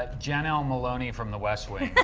ah janel moloney from the west wing.